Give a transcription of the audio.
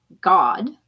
God